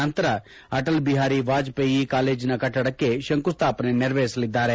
ನಂತರ ಅಟಲ್ ಬಿಹಾರಿ ವೈದ್ಯಕೀಯ ಕಾಲೇಜಿನ ಕಟ್ಟಡಕ್ಕೆ ಶಂಕುಸ್ಥಾಪನೆ ನೆರವೇರಿಸಲಿದ್ದಾರೆ